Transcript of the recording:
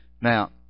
Now